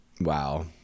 wow